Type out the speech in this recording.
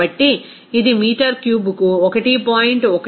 కాబట్టి ఇది మీటర్ క్యూబ్కు 1